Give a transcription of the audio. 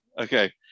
Okay